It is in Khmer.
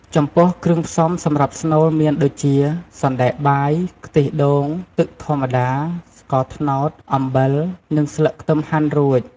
ចំពោះគ្រឿងផ្សំសម្រាប់ស្នូលមានដូចជា សណ្ដែកបាយ ខ្ទិះដូង ទឹកធម្មតា ស្ករត្នោត អំបិល និងស្លឹកខ្ទឹមហាន់រួច។